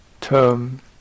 term